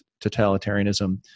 totalitarianism